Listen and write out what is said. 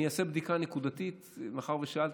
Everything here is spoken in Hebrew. אני אעשה בדיקה נקודתית, מאחר ששאלת,